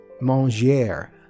manger